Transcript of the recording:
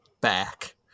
back